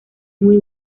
muy